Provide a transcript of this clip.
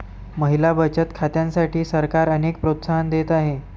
महिला बचत खात्यांसाठी सरकार अनेक प्रोत्साहन देत आहे